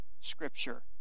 Scripture